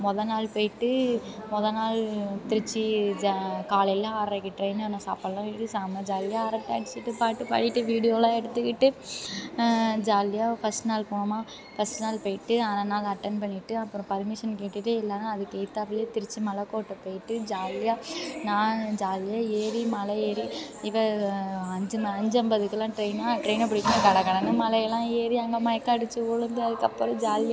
மொதல் நாள் போய்ட்டு மொதல் நாள் திருச்சி ஜா காலையில் ஆறரைக்கு ட்ரெயின் ஏறினோம் சாப்பாடுலாம் எடுத்து செம்ம ஜாலியாக அரட்டை அடிச்சுட்டு பாட்டு பாடிட்டு வீடியோலாம் எடுத்துக்கிட்டு ஜாலியாக ஃபஸ்ட் நாள் போனோமா ஃபஸ்ட் நாள் போய்ட்டு அரை நாள் அட்டெண்ட் பண்ணிவிட்டு அப்புறம் பெர்மிஷன் கேட்டுவிட்டு எல்லோரும் அதுக்கு எதுத்தாப்புல திருச்சி மலைக்கோட்ட போய்ட்டு ஜாலியாக நான் ஜாலியா ஏறி மலை ஏறி இவள் அஞ்சு ம அஞ்சு ஐம்பதுக்குலாம் ட்ரெயினா ட்ரெயினை பிடிக்கணும் கடை கடைன்னு மலையெல்லாம் ஏறி அங்கே மயக்கம் அடித்து உழுந்து அதுக்கப்புறம் ஜாலியாக